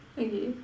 okay